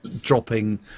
dropping